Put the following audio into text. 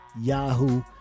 Yahoo